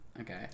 Okay